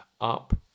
Up